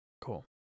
Cool